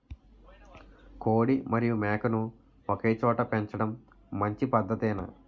కోడి మరియు మేక ను ఒకేచోట పెంచడం మంచి పద్ధతేనా?